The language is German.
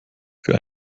für